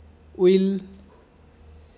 will